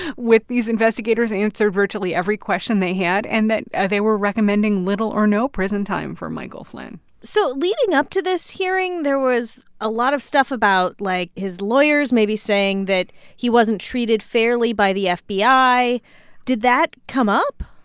with these investigators, answered virtually every question they had, and that they were recommending little or no prison time for michael flynn so leading up to this hearing, there was a lot of stuff about, like, his lawyers maybe saying that he wasn't treated fairly by the fbi. did that come up?